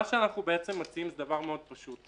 מה שאנחנו בעצם מציעים זה דבר מאוד פשוט.